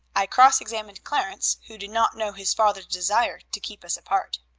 i cross-examined clarence, who did not know his father's desire to keep us apart.